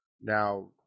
Now